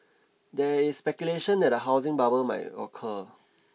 there is speculation that a housing bubble may occur